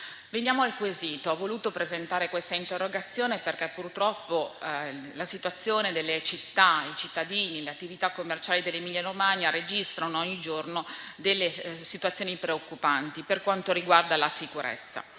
Veniamo al quesito. Ho voluto presentare questa interrogazione perché purtroppo la situazione delle città, dei cittadini e delle attività commerciali dell'Emilia-Romagna è ogni giorno preoccupante per quanto riguarda la sicurezza.